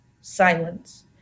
Silence